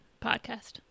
podcast